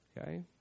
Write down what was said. okay